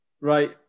Right